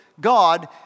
God